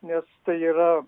nes tai yra